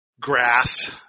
grass